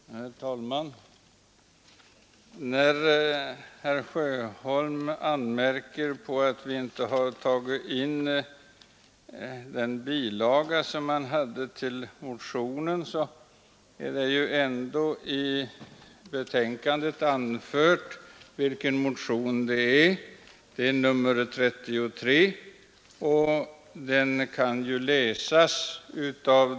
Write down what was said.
Herr talman! Herr Sjöholm anmärker på att vi inte i utskottets betänkande har tagit in bilagan till hans motion. Jag vill påpeka att vi ändå i betänkandet har angivit vilken motion det är fråga om, nämligen motionen 33.